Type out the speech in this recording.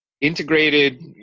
integrated